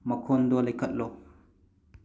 ꯃꯈꯣꯟꯗꯣ ꯂꯩꯈꯠꯂꯣ